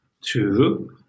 two